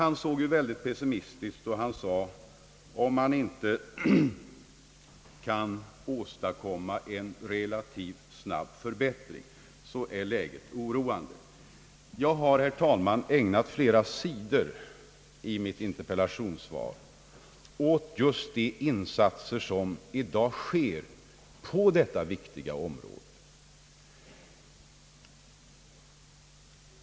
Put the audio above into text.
Herr Lundström såg väldigt pessimistiskt på situationen och sade att om man inte kan åstadkomma en relativt snabb förbättring är läget oroande. I mitt interpellationssvar, herr talman, har jag ägnat flera sidor åt just de insatser som i dag göres på detta viktiga område.